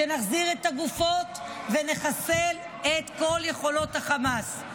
נחזיר את הגופות ונחסל את כל יכולות החמאס.